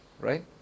right